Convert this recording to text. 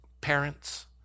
parents